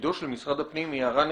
תפקידו של משרד הפנים היא הערה נכונה.